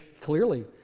Clearly